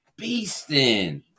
Beasting